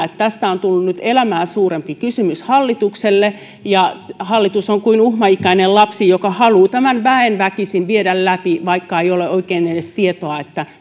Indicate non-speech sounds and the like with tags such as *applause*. *unintelligible* että tästä on tullut nyt elämää suurempi kysymys hallitukselle ja hallitus on kuin uhmaikäinen lapsi joka haluaa tämän väen väkisin viedä läpi vaikka ei ole oikein edes tietoa